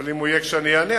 אבל אם הוא ישאל אני אענה,